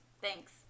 thanks